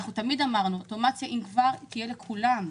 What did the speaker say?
אנחנו תמיד אמרנו, אוטומציה, אם כבר, תהיה לכולם.